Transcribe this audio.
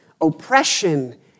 oppression